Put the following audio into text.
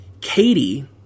katie